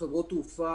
שחברות תעופה